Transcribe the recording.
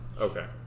Okay